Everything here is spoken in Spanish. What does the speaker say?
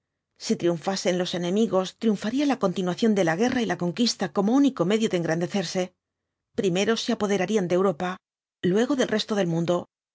si triunfasen los enemigos triunfaría la continuación de la guerra y la conquista como único medio de engrandecerse primero se apoderarían de europa luego del resto del mundo